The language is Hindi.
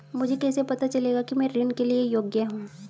मुझे कैसे पता चलेगा कि मैं ऋण के लिए योग्य हूँ?